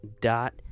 dot